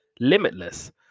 limitless